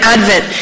Advent